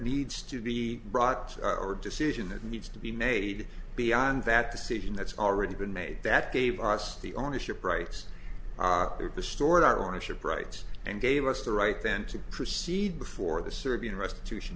needs to be brought forward decision that needs to be made beyond that decision that's already been made that gave us the ownership rights restored our ownership rights and gave us the right then to proceed before the serbian restitution